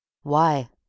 Why